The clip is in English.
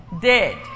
Dead